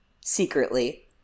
secretly